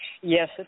Yes